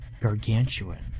gargantuan